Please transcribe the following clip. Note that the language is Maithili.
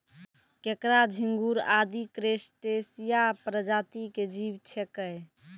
केंकड़ा, झिंगूर आदि क्रस्टेशिया प्रजाति के जीव छेकै